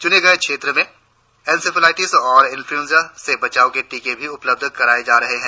चुने गये क्षेत्रों में एनसेफेलाइटिस और इन्फ्लुएन्जा से बचाव के टीके भी उपलब्ध कराए जा रहे हैं